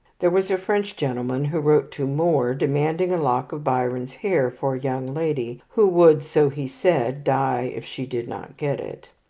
there was a french gentleman who wrote to moore, demanding a lock of byron's hair for a young lady, who would so he said die if she did not get it.